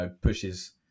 pushes